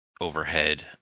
overhead